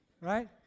right